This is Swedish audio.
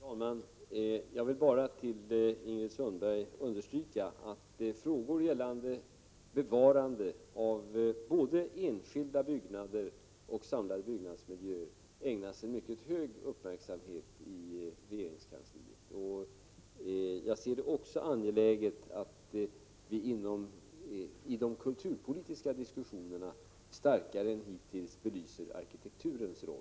Herr talman! Jag vill för Ingrid Sundberg understryka att frågor om bevarande av både enskilda byggnader och samlade byggnadsmiljöer ägnas mycket stor uppmärksamhet i regeringskansliet. Jag anser det också angeläget att vi i de kulturpolitiska diskussionerna starkare än hittills belyser arkitekturens roll.